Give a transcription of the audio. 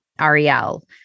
Ariel